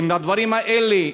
אם הדברים האלה,